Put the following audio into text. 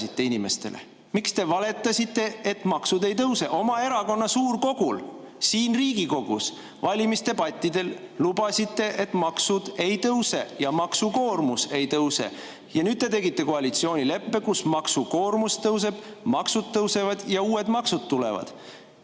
Miks te valetasite, et maksud ei tõuse? Oma erakonna suurkogul, siin Riigikogus ja valimisdebattidel lubasite, et maksud ei tõuse ja maksukoormus ei tõuse. Nüüd te tegite koalitsioonileppe, millega maksukoormus tõuseb, maksud tõusevad ja uued maksud tulevad.